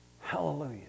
Hallelujah